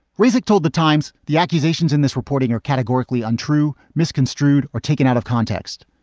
razik told the times the accusations in this reporting are categorically untrue, misconstrued or taken out of context.